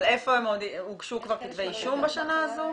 אבל הוגשו כבר כתבי אישום בשנה האחרונה?